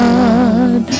God